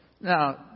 Now